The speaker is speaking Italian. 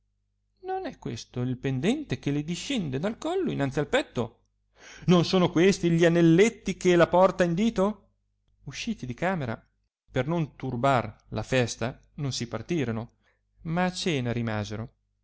non è questo il pendente che le discende dal collo innanzi il petto non sono questi gli anelletti che la porta in dito usciti di camera per non turbar la festa non si partirono ma a cena rimasero